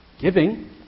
giving